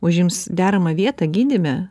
užims deramą vietą gydyme